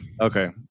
Okay